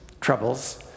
troubles